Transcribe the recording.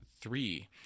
three